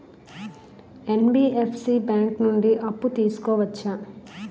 NBFC bank నుండి అప్పు తీసుకోవచ్చా?